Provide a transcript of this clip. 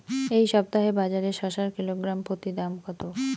এই সপ্তাহে বাজারে শসার কিলোগ্রাম প্রতি দাম কত?